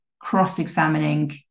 cross-examining